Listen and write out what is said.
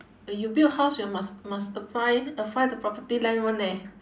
when you build house you must must uh find uh find the property land [one] eh